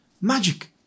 magic